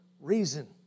reason